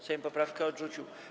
Sejm poprawkę odrzucił.